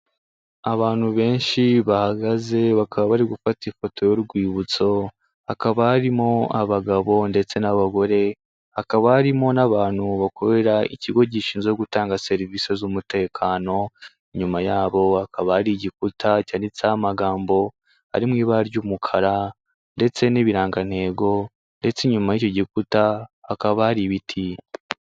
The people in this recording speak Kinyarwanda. Abantu benshi bahagaze bakaba bari gufata ifoto y'urwibutso, hakaba harimo abagabo ndetse n'abagore, hakaba harimo n'abantu bakorera ikigo gishinzwe gutanga serivisi z'umutekano, inyuma yabo hakaba hari igikuta cyanditseho amagambo ari mu ibara ry'umukara, ndetse n'ibirangantego ndetse inyuma y'icyo gikuta hakaba hari ibiti.